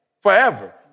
forever